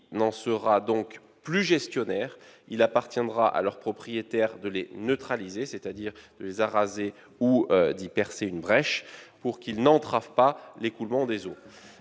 n'en sera donc plus gestionnaire. Il appartiendra à leur propriétaire de les « neutraliser », c'est-à-dire de les araser ou d'y percer une brèche, pour qu'ils n'entravent pas l'écoulement des eaux.